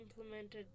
implemented